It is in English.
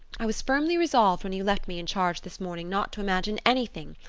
i was firmly resolved, when you left me in charge this morning, not to imagine anything,